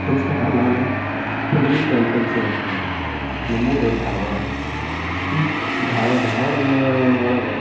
ನಮಸ್ಕಾರ ನಾನು ಪುಂಡಲೀಕ ಎಂಕಂಚೆ ಅಂತ್ಹೇಳಿ ನಮ್ಮೂರು ಧಾರವಾಡ ದಾರು ಧಾರವಾಡದ ಒಳಗೆ